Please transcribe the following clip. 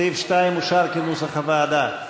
סעיף 2 אושר כנוסח הוועדה.